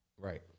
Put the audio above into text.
Right